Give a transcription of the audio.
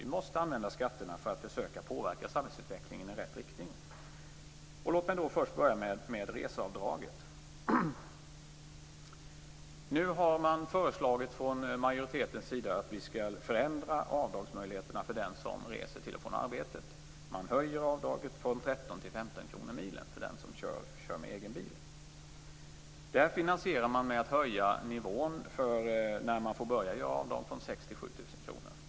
Vi måste använda skatterna för att försöka påverka samhällsutvecklingen i rätt riktning. Låt mig börja med reseavdraget. Nu har man från majoritetens sida föreslagit att vi skall förändra avdragsmöjligheterna för den som reser till och från arbetet. Man höjer avdraget från 13 kr till 15 kr milen för den som kör med egen bil. Detta finansierar man med att höja nivån för när man får börja göra avdrag från 6 000 kr till 7 000 kr.